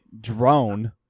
drone